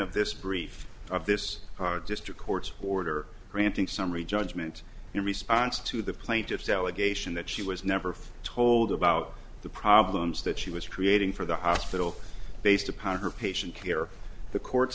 of this brief of this district court's order granting summary judgment in response to the plaintiff's allegation that she was never told about the problems that she was creating for the hospital based upon her patient care the court